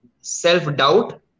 self-doubt